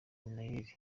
minaert